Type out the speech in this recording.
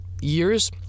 years